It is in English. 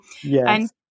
Yes